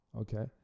Okay